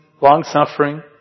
long-suffering